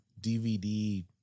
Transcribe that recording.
DVD